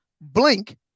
Blink